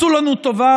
עשו לנו טובה,